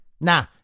Nah